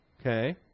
Okay